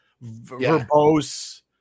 verbose